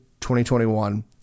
2021